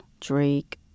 Drake